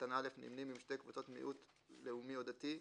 קטן (א) נמנים עם שתי קבוצות מיעוט לאומי או דתי,